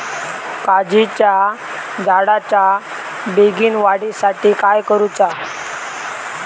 काजीच्या झाडाच्या बेगीन वाढी साठी काय करूचा?